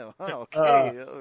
Okay